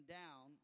down